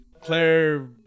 Claire